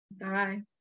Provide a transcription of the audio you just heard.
Bye